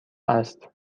است